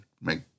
make